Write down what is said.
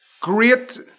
great